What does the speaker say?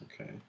Okay